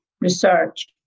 research